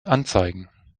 anzeigen